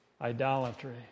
idolatry